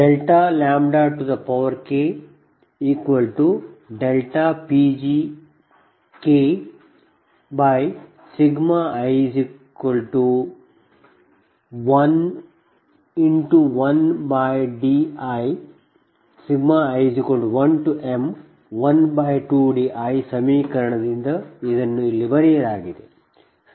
48 49 ಮತ್ತು 51ಸಮೀಕರಣದಿಂದ ಇದನ್ನು ಇಲ್ಲಿ ಬರೆಯಲಾಗಿದೆ